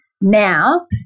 now